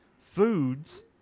foods